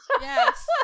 Yes